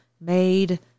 made